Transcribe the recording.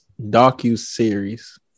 docuseries